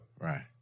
Right